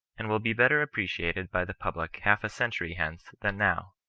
and will be better appreciated by the public half a cen tury hence than now.